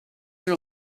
her